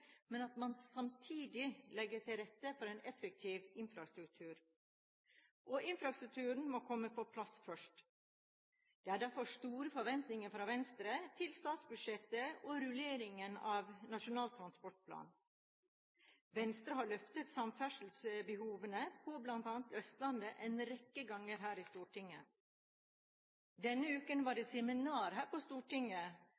men at man samtidig legger til rette for en effektiv infrastruktur. Infrastrukturen må komme på plass først. Det er derfor store forventninger fra Venstre til statsbudsjettet og rulleringen av Nasjonal transportplan. Venstre har løftet fram samferdselsbehovene på bl.a. Østlandet en rekke ganger her i Stortinget. Denne uken var